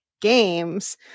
games